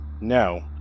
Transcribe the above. No